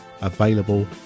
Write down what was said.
available